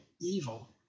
evil